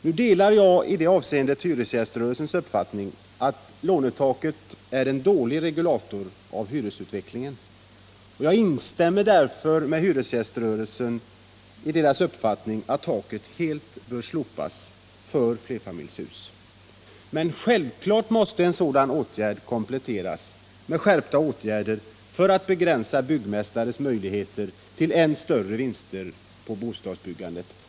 Nu delar jag hyresgäströrelsens uppfattning att lånetaket är en dålig regulator av hyresutvecklingen, och jag instämmer därför med hyresgäströrelsen i dess uppfattning att taket helt bör slopas för flerfamiljshus. Men självklart måste ett sådant förfarande kompletteras med skärpta åtgärder för att begränsa byggmästares möjligheter till än större vinster på bostadsbyggandet.